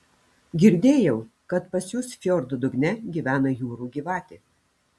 girdėjau kad pas jus fjordo dugne gyvena jūrų gyvatė